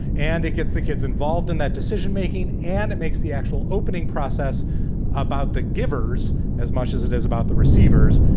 and it gets the kids involved in that decision making. and it makes the actual opening process about the givers as much as it is about the receivers,